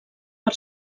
per